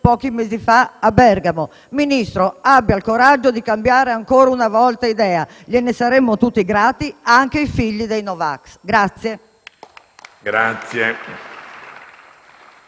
pochi mesi fa a Bergamo. Signor Ministro, abbia il coraggio di cambiare ancora una volta idea, gliene saremmo tutti grati, anche i figli dei no vax.